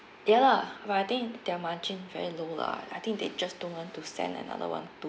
ya lah but I think their margin very low lah I think they just don't want to send another one to